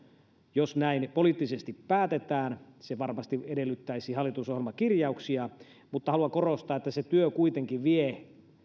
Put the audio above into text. jos näin poliittisesti päätetään se varmasti edellyttäisi hallitusohjelmakirjauksia mutta haluan korostaa että se työ kuitenkin vie